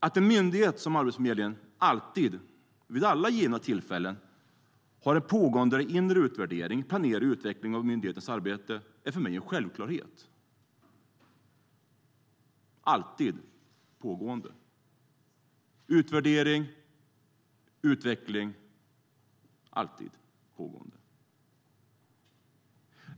Att en myndighet som Arbetsförmedlingen alltid, vid alla givna tillfällen, har en pågående inre utvärdering, planering och utveckling av myndighetens arbete är för mig en självklarhet. En sådan utvärdering och utveckling är alltid pågående.